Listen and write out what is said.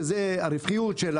שזה הרווחיות,